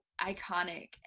iconic